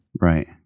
right